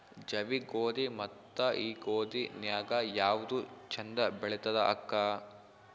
ಜವಿ ಗೋಧಿ ಮತ್ತ ಈ ಗೋಧಿ ನ್ಯಾಗ ಯಾವ್ದು ಛಂದ ಬೆಳಿತದ ಅಕ್ಕಾ?